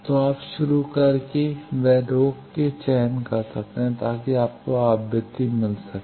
तो आप शुरू करके व रोक के चयन कर सकते हैं ताकि आपको आवृत्ति मिल सके